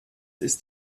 ist